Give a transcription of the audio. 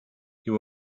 you